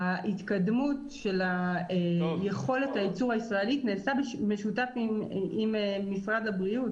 ההתקדמות של יכולת הייצור הישראלית נעשה במשותף עם משרד הבריאות.